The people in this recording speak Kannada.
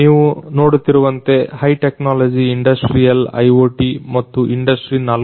ನೀವು ನೋಡುತ್ತಿರುವಂತೆ ಹೈ ಟೆಕ್ನಾಲಜಿ ಇಂಡಸ್ಟ್ರಿ ಯಲ್ IoT ಮತ್ತು ಇಂಡಸ್ಟ್ರಿ ೪